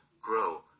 grow